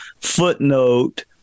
footnote